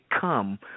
come